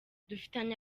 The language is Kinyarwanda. dufitanye